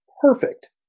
perfect